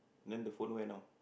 then the phone where now